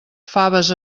faves